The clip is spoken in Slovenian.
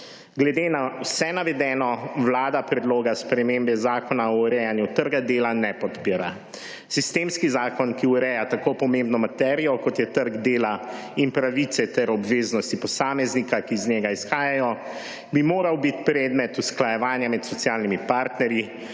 Glede na vse navedeno vlada predloga spremembe Zakona o urejanju trga dela ne podpira. Sistemski zakon, ki ureja tako pomembno materijo kot je trg dela in pravice ter obveznosti posameznika, ki iz njega izhajajo, bi moral biti predmet usklajevanja med socialnimi partnerji